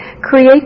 create